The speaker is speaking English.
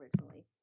originally